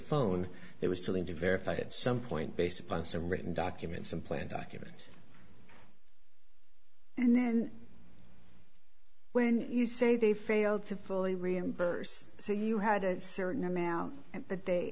phone there was taling to verify at some point based upon some written documents and plan documents and then when you say they failed to fully reimburse say you had a certain amount at the